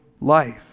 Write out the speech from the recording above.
life